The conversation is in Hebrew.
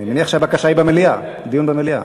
שהבקשה היא במליאה, דיון במליאה.